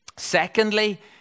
Secondly